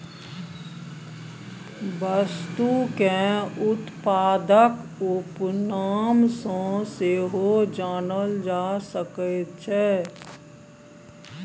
वस्तुकेँ उत्पादक उपनाम सँ सेहो जानल जा सकैत छै